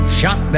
shot